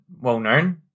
well-known